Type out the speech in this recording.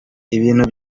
ibintu